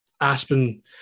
Aspen